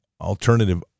alternative